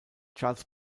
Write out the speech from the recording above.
charles